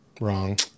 Wrong